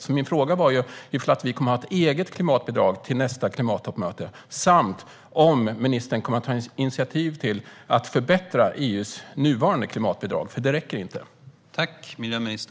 Så min fråga var om vi kommer att ha ett eget klimatbidrag till nästa klimattoppmöte och om ministern kommer att ta initiativ till att förbättra EU:s nuvarande klimatbidrag, för det räcker inte.